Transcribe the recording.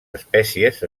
espècies